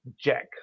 Jack